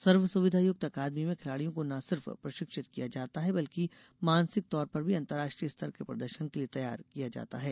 सर्व सुविधायुक्त अकादमी में खिलाड़ियों को न सिर्फ प्रशिक्षित किया जाता है बल्कि मानसिक तौर पर भी अंतर्राष्ट्रीय स्तर के प्रदर्शन के लिये तैयार किया जाता है